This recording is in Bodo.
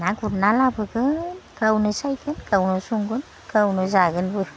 ना गुरना लाबोगोन गावनो सायगोन गावनो संगोन गावनो जागोनबो